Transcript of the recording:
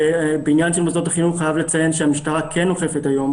בעניין של מוסדות החינוך אני חייב לציין שהמשטרה כן אוכפת היום